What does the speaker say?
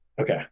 Okay